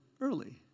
early